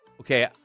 Okay